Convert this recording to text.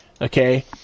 Okay